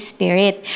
Spirit